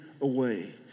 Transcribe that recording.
away